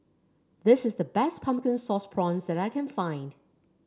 this is the best Pumpkin Sauce Prawns that I can find